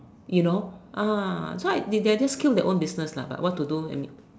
you know ah so I they they just kill their own business lah but what to do I mean